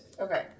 Okay